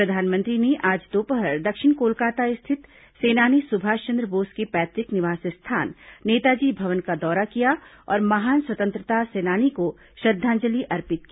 प्रधानमंत्री ने आज दोपहर दक्षिण कोलकाता स्थित सेनानी सुभाष चन्द्र बोस के पैतुक निवास स्थान नेताजी भवन का दौरा किया और महान स्वतंत्रता सेनानी को श्रद्दांजलि अर्पित की